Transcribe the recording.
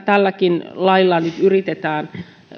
tälläkin lailla nyt yritetään